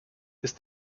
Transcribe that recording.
ist